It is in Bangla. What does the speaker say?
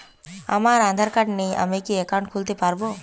আমার আধার কার্ড নেই আমি কি একাউন্ট খুলতে পারব?